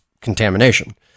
contamination